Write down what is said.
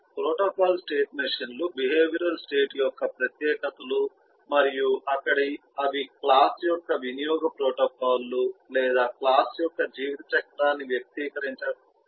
protocol state machine లు behavioural state యొక్క ప్రత్యేకతలు మరియు అక్కడ అవి క్లాస్ యొక్క వినియోగ ప్రోటోకాల్ లు లేదా క్లాస్ యొక్క జీవితచక్రాన్ని వ్యక్తీకరించడానికి ఉపయోగిస్తారు